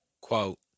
Quote